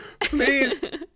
Please